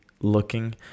looking